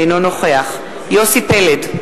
אינו נוכח יוסי פלד,